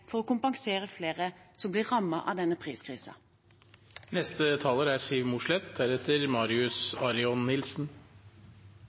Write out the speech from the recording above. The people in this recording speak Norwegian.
for å kompensere flere som blir rammet av denne